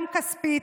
גם כספית,